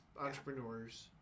entrepreneurs